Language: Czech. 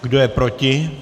Kdo je proti?